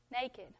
Naked